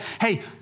hey